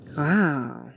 wow